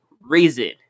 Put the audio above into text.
reason